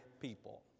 people